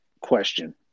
question